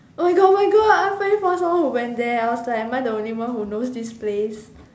oh my god oh my god I finally found someone who went there I was like am I the only one who knows this place